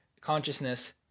consciousness